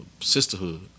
sisterhood